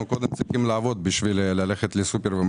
אנחנו קודם צריכים ללכת לעבוד בשביל שיהיה לנו איך לקנות בסופר.